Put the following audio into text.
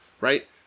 right